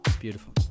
Beautiful